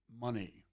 money